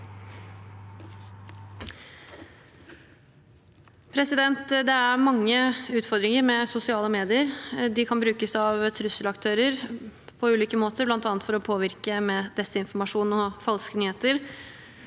Det er mange ut- fordringer med sosiale medier. De kan brukes av trusselaktører på ulike måter, bl.a. for å påvirke gjennom desinformasjon og falske nyheter.